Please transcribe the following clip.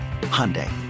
Hyundai